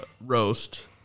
roast